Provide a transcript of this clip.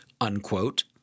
unquote